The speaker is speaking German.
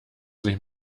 sich